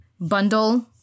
bundle